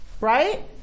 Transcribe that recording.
right